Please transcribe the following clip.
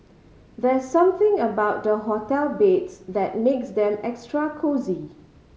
there's something about the hotel beds that makes them extra cosy